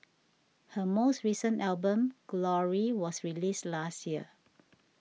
her most recent album Glory was released last year